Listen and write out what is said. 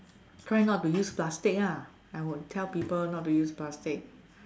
try not to use plastic ah I would tell people not to use plastic